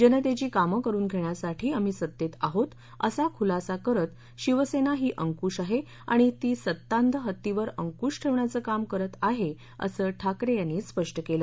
जनतेची कामं करून घेण्यासाठी आम्ही सत्तेत आहोत असा खुलासा करत शिवसेना ही अंकूश आहे आणि ती सत्तांध हत्तीवर अंकूश ठेवण्याचं काम करत आहे असं ठाकरे यांनी स्पष्ट केलं